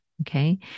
Okay